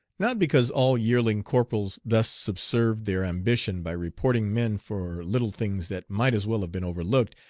not because all yearling corporals thus subserved their ambition by reporting men for little things that might as well have been overlooked,